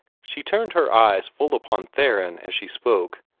she turned her eyes full upon theron as she spoke,